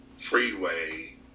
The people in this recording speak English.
Freeway